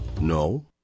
No